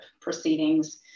proceedings